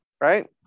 right